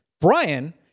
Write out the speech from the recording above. Brian